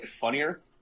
funnier